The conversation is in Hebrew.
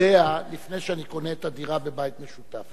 יודע לפני שאני קונה את הדירה בבית משותף.